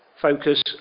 focus